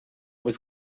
was